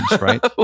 right